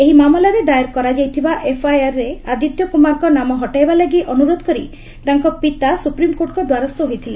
ଏହି ମାମଲାରେ ଦାଏର୍ କରାଯାଇଥିବା ଏଫ୍ଆଇଆର୍ରେ ଆଦିତ୍ୟ କୁମାରଙ୍କ ନାମ ହଟାଇବା ଲାଗି ଅନୁରୋଧ କରି ତାଙ୍କ ପିତା ସୁପ୍ରିମ୍କୋର୍ଟଙ୍କ ଦ୍ୱାରସ୍ଥ ହୋଇଥିଲେ